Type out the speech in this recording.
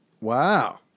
Wow